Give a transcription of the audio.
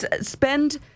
spend